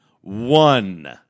one